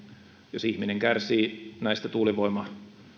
jos ihminen kärsii näistä tuulivoimaloiden